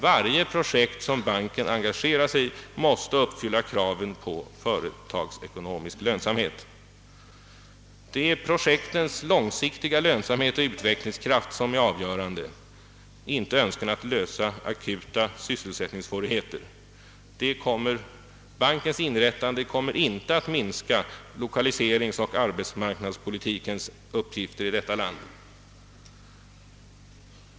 Varje projekt som banken engagerar sig i måste uppfylla kraven på företagsekonomisk lönsamhet. Det är projektens långsiktiga lönsamhet och utvecklingskraft som är avgörande — inte önskan att avhjälpa akuta sysselsättningssvårigheter. Bankens inrättande kommer därför inte att minska lokaliseringsoch arbetsmarknadspolitikens uppgifter i detta land.